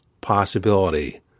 possibility